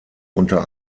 unter